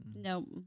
No